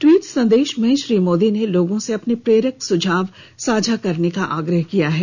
tweet संदेश में श्री मोदी ने लोगों से अपने प्रेरक सुझाव साझा करने का आग्रह किया है